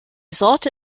sorte